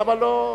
למה לא,